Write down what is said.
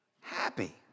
happy